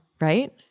right